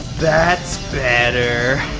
that's better.